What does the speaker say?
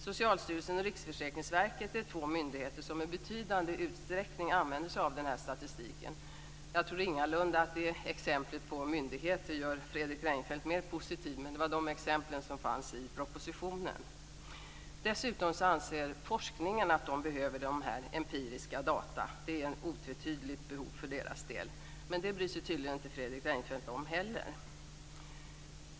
Socialstyrelsen och Riksförsäkringsverket är två myndigheter som i betydande utsträckning använder sig av denna statistik. Jag tror ingalunda att exemplet på myndigheter gör Fredrik Reinfeldt mer positiv, men det var de exempel som fanns i propositionen. Dessutom anser forskningen att man behöver dessa empiriska data. Det är ett otvetydigt behov för forskningens del. Men det bryr sig Fredrik Reinfeldt inte heller om.